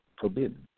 forbidden